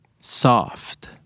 soft